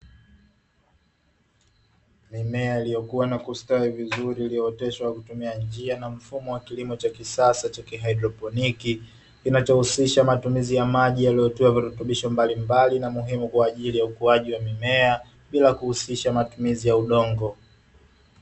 Mimea iliyokua na kustawi vizuri iliyooteshwa kwa kutumia njia ya mfumo wa kisasa wa kihaidroponiki, kinacho husisha matumizi ya maji yaliyotiwa virutubisho mbalimbali na muhimu kwa ajili ya ukuaji wa mimea bila kuhusisha matumizi ya udongo.